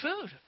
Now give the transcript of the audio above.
food